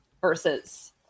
versus